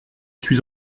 suis